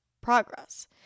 progress